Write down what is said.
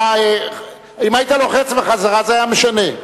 אתה, אם היית לוחץ בחזרה, זה היה משנה.